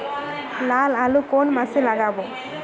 লাল আলু কোন মাসে লাগাব?